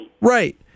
right